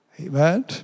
Amen